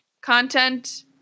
content